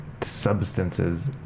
substances